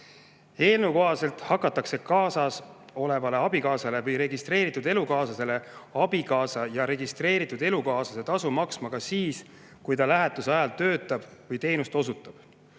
Eelnõu kohaselt hakatakse kaasasolevale abikaasale või registreeritud elukaaslasele abikaasa ja registreeritud elukaaslase tasu maksma ka siis, kui ta lähetuse ajal töötab või teenust osutab.